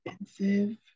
expensive